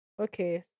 Okay